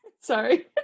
sorry